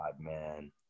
man